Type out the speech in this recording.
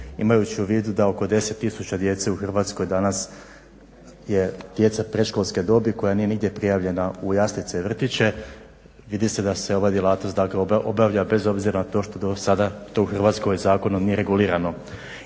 imajući u vidu da oko 10 tisuća djece u Hrvatskoj danas je djece predškolske dobi koja nije nigdje prijavljena u jaslice i vrtiće. Vidi se da se ova djelatnost dakle obavlja bez obzira na to što do sad u Hrvatskoj zakonom nije regulirano